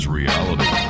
reality